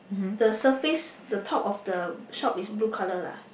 the surface the top of the shop is blue colour lah